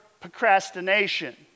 procrastination